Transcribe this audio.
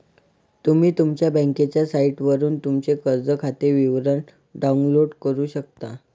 तुम्ही तुमच्या बँकेच्या साइटवरून तुमचे कर्ज खाते विवरण डाउनलोड करू शकता